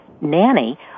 nanny